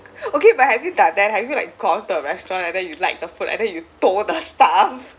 okay but have you done that have you like gone to a restaurant and then you like the food and then you told the staff